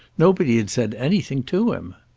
nobody had said anything to him.